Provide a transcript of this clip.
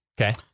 Okay